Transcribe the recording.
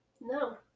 No